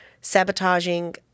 sabotaging